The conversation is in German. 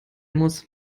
muss